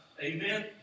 Amen